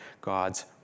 God's